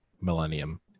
millennium